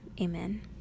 amen